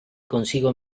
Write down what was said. consigo